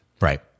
Right